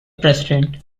president